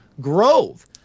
Grove